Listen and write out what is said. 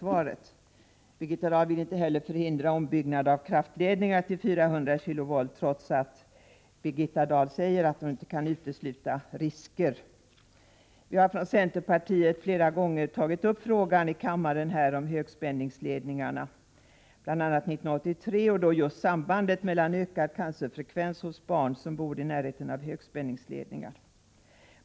Inte heller vill Birgitta Dahl förhindra en ombyggnad av kraftledningarna från 220 till 400 kV, trots att hon säger att risker inte kan uteslutas. Vi från centerpartiet har flera gånger här i kammaren tagit upp frågan om högspänningsledningarna, bl.a. år 1983. Det gällde då just sambandet mellan ökad cancerfrekvens hos barn som bor i närheten av högspänningsledningar.